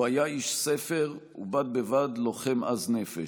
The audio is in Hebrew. הוא היה איש ספר, ובד בבד, לוחם עז נפש.